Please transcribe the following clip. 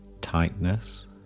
tightness